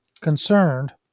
concerned